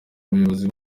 ubuyobozi